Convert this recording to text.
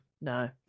No